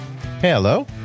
hello